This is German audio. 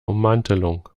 ummantelung